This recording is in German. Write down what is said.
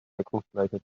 deckungsgleiche